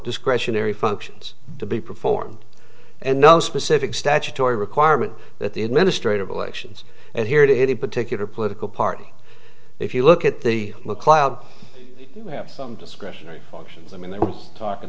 discretionary functions to be performed and no specific statutory requirement that the administrative elections and here to any particular political party if you look at the mcleod have some discretionary functions i mean there was talk